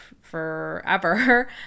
forever